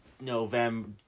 November